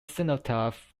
cenotaph